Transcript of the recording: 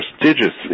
prestigious